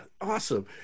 Awesome